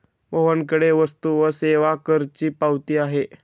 मोहनकडे वस्तू व सेवा करची पावती आहे